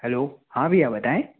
hello हाँ भैया बताएं